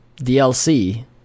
DLC